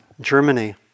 Germany